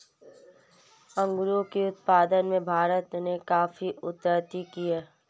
अंगूरों के उत्पादन में भारत ने काफी उन्नति की है